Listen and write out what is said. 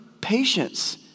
patience